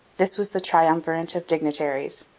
this was the triumvirate of dignitaries.